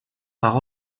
par